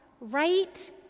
right